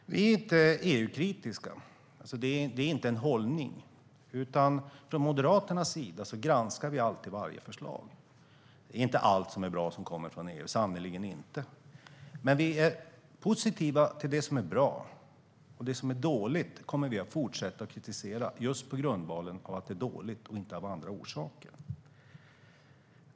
Herr talman! Vi är inte EU-kritiska, så det är inte en hållning. Vi från Moderaterna granskar alltid varje förslag. Det är inte allt som är bra som kommer från EU, sannerligen inte. Men vi är positiva till det som är bra. Det som är dåligt kommer vi att fortsätta att kritisera just för att det är dåligt och inte av andra orsaker.